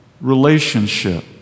relationship